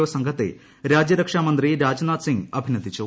O സംഘത്തെ രാജ്യരക്ഷാ മന്ത്രി രാജ്നാഥ് സിങ് അഭിനന്ദിച്ചു